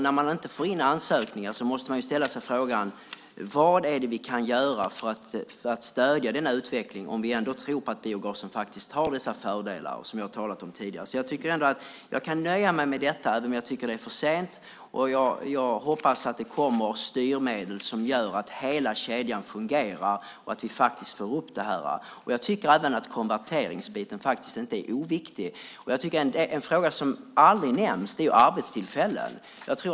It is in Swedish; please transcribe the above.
När man inte får in ansökningar måste man ställa sig frågan vad som kan göras för att stödja denna utveckling, om vi ändå tror på att biogasen har de fördelar vi har talat om tidigare. Jag kan nöja mig med detta, även om jag tycker att det är för sent. Jag hoppas att det kommer styrmedel som gör att hela kedjan fungerar och lyfter upp frågan. Även konverteringsbiten är viktig. En fråga som aldrig nämns är arbetstillfällen.